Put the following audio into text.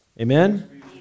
Amen